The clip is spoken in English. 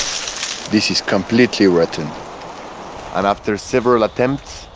this is completely rotten and after several attempts,